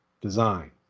design